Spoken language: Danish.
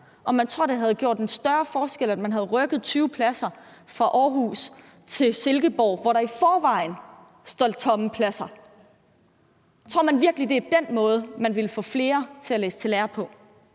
man, det havde gjort en større forskel, at man havde rykket 20 pladser fra Aarhus til Silkeborg, hvor der i forvejen stod tomme pladser? Tror man virkelig, det er den måde, man vil få flere til at læse til lærer på?